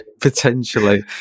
Potentially